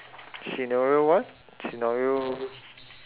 scenario what scenario